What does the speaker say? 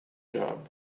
job